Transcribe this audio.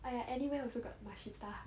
哎呀 anywhere also got mashita